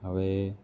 હવે